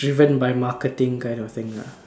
driven by marketing kind of thing lah